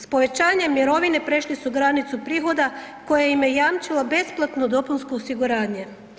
S povećanjem mirovine prešli su granicu prihoda koje im je jamčilo besplatno dopunsko osiguranje.